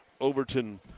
Overton